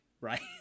Right